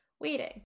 waiting